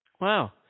Wow